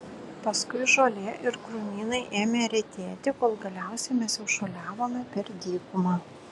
paskui žolė ir krūmynai ėmė retėti kol galiausiai mes jau šuoliavome per dykumą